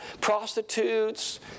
prostitutes